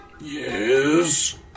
Yes